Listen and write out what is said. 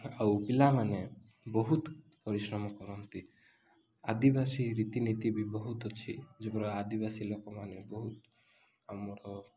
ଆଉ ପିଲାମାନେ ବହୁତ ପରିଶ୍ରମ କରନ୍ତି ଆଦିବାସୀ ରୀତିନୀତି ବି ବହୁତ ଅଛି ଯେପରି ଆଦିବାସୀ ଲୋକମାନେ ବହୁତ ଆମର